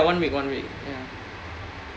two uh oh ya one week one week